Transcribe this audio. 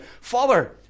Father